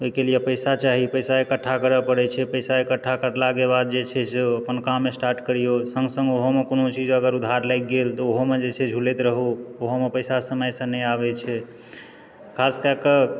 ओहिके लिए पैसा चाही पैसा इकठ्ठा करऽ पड़ैत छै पैसा इकठ्ठा कयलाके बाद जे छै से ओ अपन काम स्टार्ट करियौ सङ्ग सङ्ग ओहोमे कोनो चीज अगर उधार लागि गेल तऽ ओहोमे जे छै झूलैत रहू ओहोमे पैसा समयसँ नहि आबैत छै खास कए कऽ